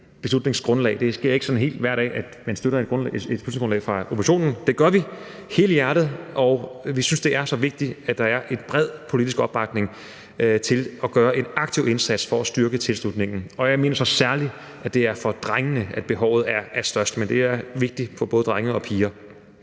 beslutningsgrundlag. Det sker ikke hver dag, at man støtter et beslutningsgrundlag fra oppositionen, men det gør vi helhjertet, og vi synes, det er så vigtigt, at der er en bred politisk opbakning til at gøre en aktiv indsats for at styrke tilslutningen. Jeg mener særlig, at det er for drengene, at behovet er størst, men det er vigtigt for både drenge og piger.